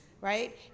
Right